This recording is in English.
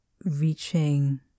reaching